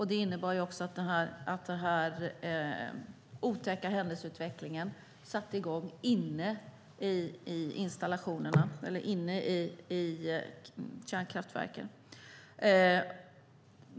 Det innebar också att den här otäcka händelseutvecklingen satte i gång inne i kärnkraftverken.